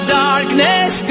darkness